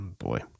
Boy